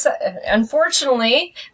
Unfortunately